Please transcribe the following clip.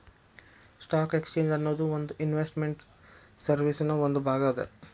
stock exchange ಅನ್ನೊದು ಒಂದ್ investment ಸರ್ವೇಸಿನ್ ಒಂದ್ ಭಾಗ ಅದ